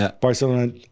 Barcelona